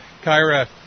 Kyra